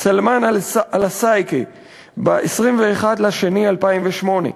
סלמאן אלעסאיקה, ב-21 בפברואר 2008,